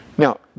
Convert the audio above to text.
Now